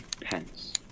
pence